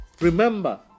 Remember